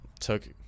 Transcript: took